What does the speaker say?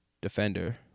defender